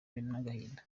n’agahinda